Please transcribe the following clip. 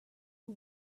who